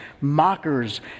mockers